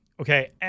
okay